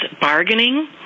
bargaining